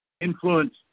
influence